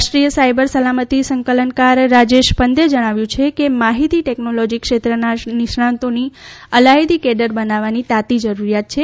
રાષ્ટ્રીય સાયબર સલામતી સંકલનકાર રાજેશ પંતે જણાવ્યું હતું કે માહિતી ટેકનોલોજી ક્ષેત્રના નિષ્ણાતોની અલાયદી કેડર બનાવવાની તાતી જરૂર છે